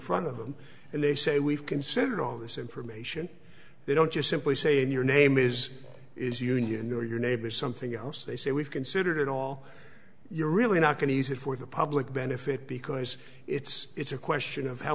front of them and they say we've considered all this information they don't just simply saying your name is is union or your neighbors something else they say we've considered it all you're really not going to use it for the public benefit because it's a question of how